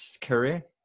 career